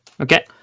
Okay